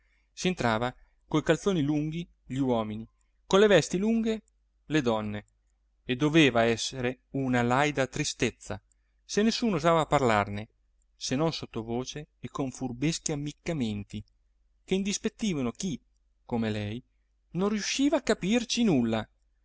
entrava coi calzoni lunghi gli uomini con le vesti lunghe le donne e doveva essere una laida tristezza se nessuno osava parlarne se non sottovoce e con furbeschi ammiccamenti che indispettivano chi come lei non riusciva a capirci nulla